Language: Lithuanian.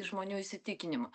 žmonių įsitikinimų